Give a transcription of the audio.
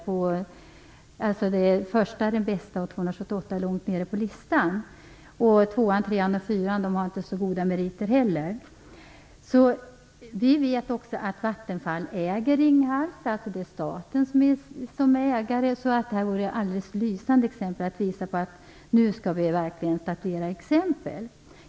Den första är alltså den bästa, och nr 278 kommer ju långt ner på listan. Nr 2, 3 och 4 har inte heller så goda meriter. Vi vet att Vattenfall äger Ringhals, dvs. att staten är ägare. Det vore därför ett lysande tillfälle att nu visa att vi verkligen kan statuera exempel.